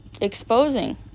Exposing